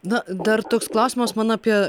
na dar toks klausimas man apie